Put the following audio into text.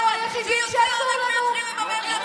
אבל אין מניעה לעשות את זה.